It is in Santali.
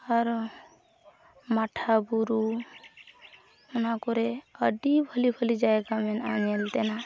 ᱟᱨᱚ ᱢᱟᱴᱷᱟ ᱵᱩᱨᱩ ᱚᱱᱟᱠᱚᱨᱮ ᱟᱹᱰᱤ ᱵᱷᱟᱞᱮ ᱵᱷᱟᱞᱮ ᱡᱟᱭᱜᱟ ᱢᱮᱱᱟᱜᱼᱟ ᱧᱮᱞ ᱛᱮᱱᱟᱜ